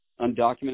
undocumented